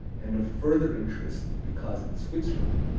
and of further interest because in switzerland,